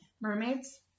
mermaids